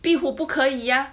壁虎不可 ya